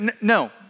No